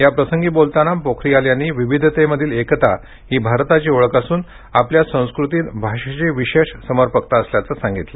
याप्रसंगी बोलताना पोखरियाल यांनी विविधतेमधील एकता ही भारताची ओळख असून आपल्या संस्कृतीत भाषेची विशेष समर्पकता असल्याचं सांगितलं